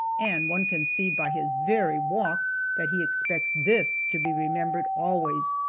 and one can see by his very walk that he expects this to be remembered always.